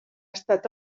estat